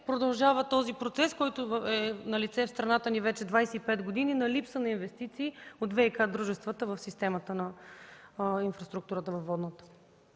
продължава този процес, който е налице в страната ни вече 25 години, на липса на инвестиции от ВиК дружествата в системата на водната инфраструктура.